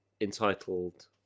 entitled